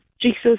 Jesus